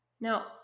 Now